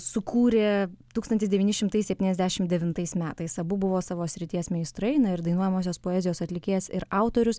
sukūrė tūkstantis devyni šimtai septyniasdešimt devintais metais abu buvo savo srities meistrai na ir dainuojamosios poezijos atlikėjas ir autorius